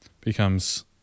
becomes